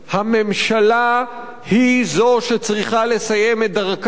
הממשלה היא זו שצריכה לסיים את דרכה,